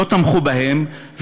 לא תמכו בהם.